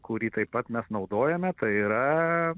kurį taip pat mes naudojame tai yra